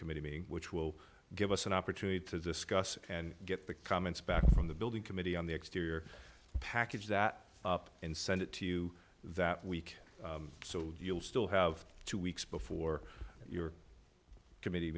committee meeting which will give us an opportunity to discuss and get the comments back from the building committee on the exterior package that up and send it to you that week so you'll still have two weeks before your committee